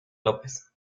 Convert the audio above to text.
lópez